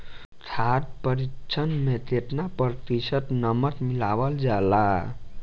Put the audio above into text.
खाद्य परिक्षण में केतना प्रतिशत नमक मिलावल जाला?